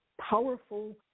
powerful